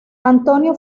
antonio